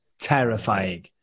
terrifying